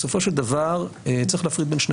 בסופו של דבר צריך להפריד בין שני